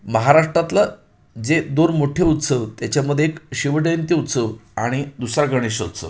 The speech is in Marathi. महाराष्ट्रातील जे दोन मोठे उत्सव त्याच्यामध्ये एक शिवजयंती उत्सव आणि दुसरा गणेशोत्सव